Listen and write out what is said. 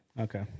okay